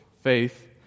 faith